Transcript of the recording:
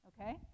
Okay